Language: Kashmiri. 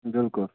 بِلکُل